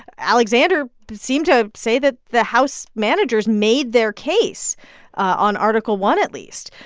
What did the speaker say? alexander seemed to say that the house managers made their case on article one at least.